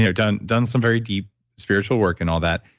yeah done done some very deep spiritual work and all that,